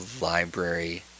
library